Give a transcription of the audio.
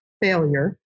failure